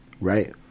Right